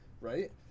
right